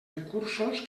recursos